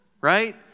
right